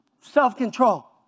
Self-control